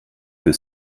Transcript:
für